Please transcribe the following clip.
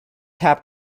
tap